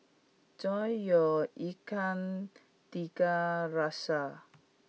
enjoy your ikan Tiga Rasa